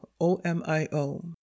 O-M-I-O